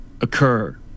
occur